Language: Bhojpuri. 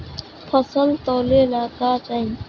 फसल तौले ला का चाही?